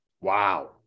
Wow